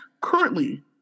currently